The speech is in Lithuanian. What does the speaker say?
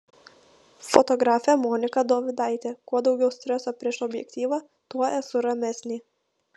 fotografė monika dovidaitė kuo daugiau streso prieš objektyvą tuo esu ramesnė